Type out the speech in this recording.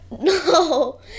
No